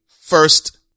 First